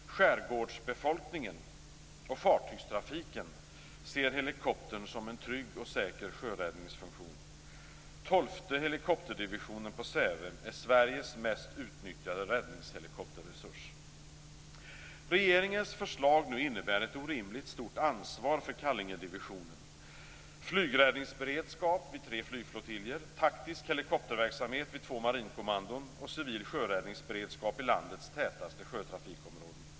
Skärgårdsbefolkningen och fartygstrafiken ser helikoptern som en trygg och säker sjöräddningsfunktion. Tolfte helikopterdivisionen på Säve är Sveriges mest utnyttjade räddningshelikopterresurs. Regeringens förslag innebär ett orimligt stort ansvar för Kallingedivisionen: flygräddningsberedskap vid tre flygflottiljer, taktisk helikopterverksamhet vid två marinkommandon och civil sjöräddningsberedskap i landets tätaste sjötrafikområden.